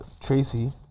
Tracy